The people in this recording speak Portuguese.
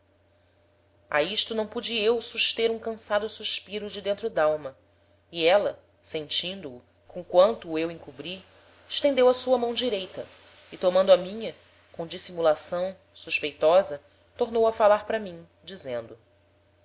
a isto não pude eu suster um cansado suspiro de dentro d'alma e éla sentindo o com quanto o eu encobri estendeu a sua mão direita e tomando a minha com dissimulação suspeitosa tornou a falar para mim dizendo